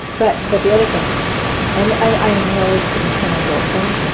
but but the other thing and i know it's the maternal guilt thing,